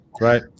Right